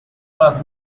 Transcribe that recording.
was